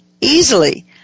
easily